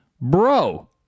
bro